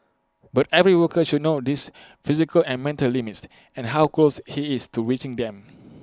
but every worker should know his physical and mental limiest and how close he is to reaching them